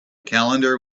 calendar